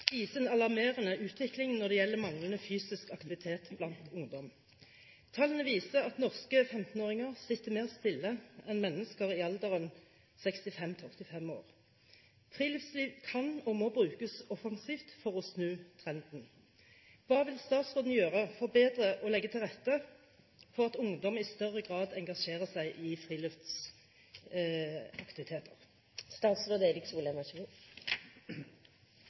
alarmerende utvikling når det gjelder manglende fysisk aktivitet blant ungdom. Tallene viser at norske 15-åringer sitter mer stille enn mennesker i alderen 65–85 år. Friluftsliv kan og må brukes offensivt for å snu trenden. Hva vil statsråden gjøre for å bedre legge til rette for at ungdom i større grad engasjerer seg i friluftsaktiviteter?»